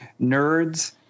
nerds